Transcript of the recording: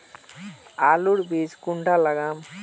आलूर बीज कुंडा लगाम?